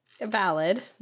Valid